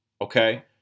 Okay